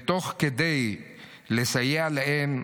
ותוך כדי לסייע להם,